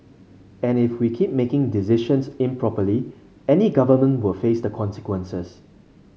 and if we keep making decisions improperly any government will face the consequences